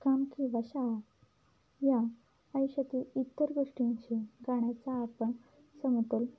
काम किंवा शाळा या आयुष्यातील इतर गोष्टींशी गाण्याचा आपण समतोल